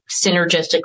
synergistically